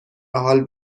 حال